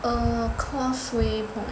err Causeway Point